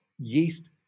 Yeast